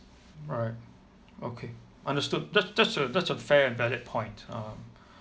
alright okay understood that's that's a that's a fair and valid point um